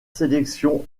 sélection